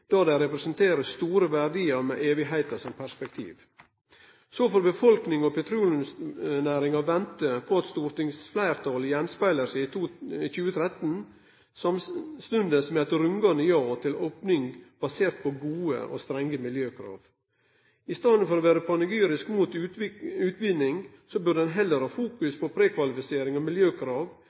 da dei representerer store verdiar med æva som perspektiv. Så får befolkninga og petroleumsnæringa vente på at stortingsfleirtalet gjenspeglar seg i 2013 samstundes med eit rungande ja til opning basert på gode og strenge miljøkrav. I staden for å vere panegyrisk mot utvinning, burde ein heller fokusere på prekvalifisering og miljøkrav,